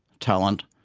talent,